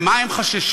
וממה הם חששו?